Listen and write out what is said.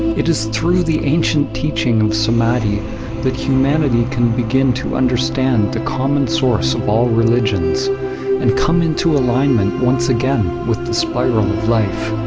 it is through the ancient teaching of samadhi that humanity can begin to understand the common source of all religions and come into alignment once again with the spiral of life,